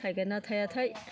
थायगोन ना थाया थाय